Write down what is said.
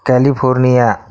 California